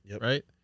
right